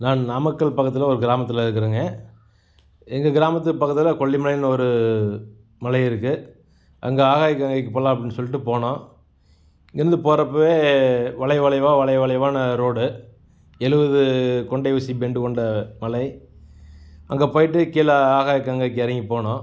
நான் நாமக்கல் பக்கத்தில் ஒரு கிராமத்தில் இருக்கிறேங்க எங்கள் கிராமத்துக்கு பக்கத்தில் கொல்லிமலைன்னு ஒரு மலை இருக்குது அங்கே ஆகாய கங்கைக்கு போகலாம் அப்படின் சொல்லிட்டு போனோம் இங்கேருந்து போகிறப்பையே வளைவு வளைவாக வளைவு வளைவான ரோடு எழுவது கொண்டை ஊசி பெண்டு கொண்ட மலை அங்கே போய்ட்டு கீழே ஆகாய கங்கைக்கு இறங்கி போனோம்